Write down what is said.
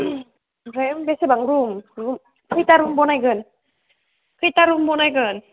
ओमफ्राय बेसेबां रुम खैथा रुम बनायगोन